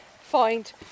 find